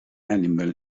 animal